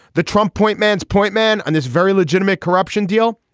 the trump point man's point man on this very legitimate corruption deal.